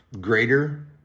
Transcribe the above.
greater